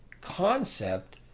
concept